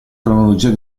cronologia